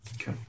Okay